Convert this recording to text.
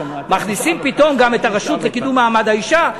מכניסים פתאום גם את הרשות לקידום מעמד האישה,